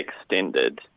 extended